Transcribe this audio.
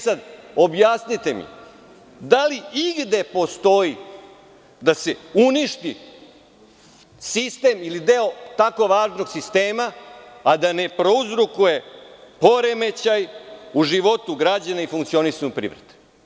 Sada mi objasnite da li igde postoji da se uništi sistem ili deo tako važnog sistema, a da ne prouzrokuje poremećaj u životu građana i funkcionisanja privrede.